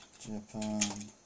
Japan